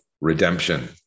redemption